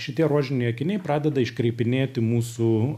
šitie rožiniai akiniai pradeda iškreipinėti mūsų